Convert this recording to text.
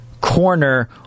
corner